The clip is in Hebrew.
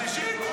אני שלישית?